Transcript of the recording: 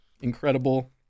incredible